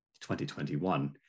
2021